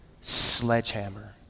sledgehammer